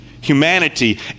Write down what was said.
humanity